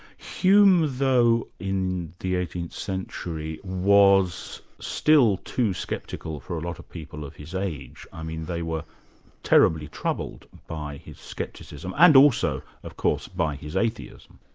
hume though, in the eighteenth century, was still too sceptical for a lot of people of his age. i mean they were terribly troubled by his scepticism, and also of course, by his atheism.